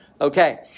Okay